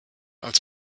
als